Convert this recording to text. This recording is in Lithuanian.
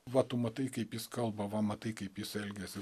va tu matai kaip jis kalba va matai kaip jis elgiasi